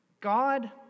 God